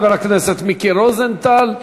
תודה לחבר הכנסת מיקי רוזנטל.